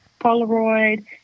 Polaroid